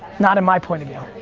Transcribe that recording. not in my point of view.